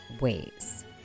ways